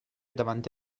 davanti